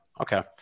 okay